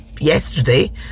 yesterday